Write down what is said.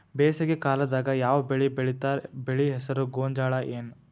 ಬೇಸಿಗೆ ಕಾಲದಾಗ ಯಾವ್ ಬೆಳಿ ಬೆಳಿತಾರ, ಬೆಳಿ ಹೆಸರು ಗೋಂಜಾಳ ಏನ್?